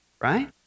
right